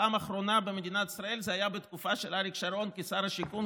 בפעם נאחרונה במדינת ישראל זה היה בתקופה של אריק שרון כשר השיכון,